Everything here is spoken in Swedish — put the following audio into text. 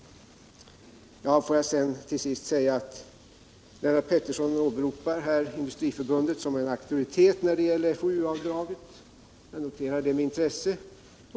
Lennart Pettersson åberopar Industriförbundet som en auktoritet när det gäller FoOU-avdrag. Jag noterar det med intesse.